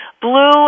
Blue